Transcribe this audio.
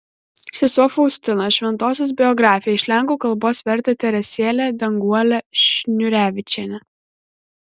sesuo faustina šventosios biografija iš lenkų kalbos vertė teresėlė danguolė šniūrevičienė